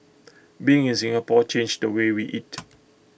being in Singapore changed the way we eat